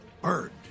Bird